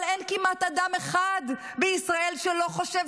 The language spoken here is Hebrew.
אבל אין כמעט אדם אחד בישראל שלא חושב